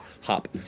hop